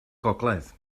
gogledd